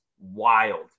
wild